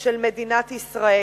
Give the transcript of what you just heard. של מדינת ישראל.